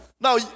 Now